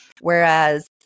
Whereas